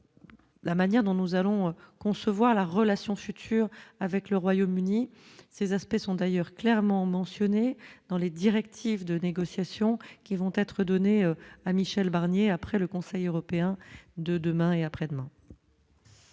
la manière dont nous allons concevoir la relation future avec le Royaume-Uni ces aspects sont d'ailleurs clairement mentionné dans les directives de négociations qui vont être données à Michel Barnier après le Conseil européen de demain et après-demain.